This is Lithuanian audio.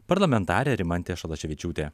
parlamentarė rimantė šalaševičiūtė